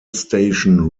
station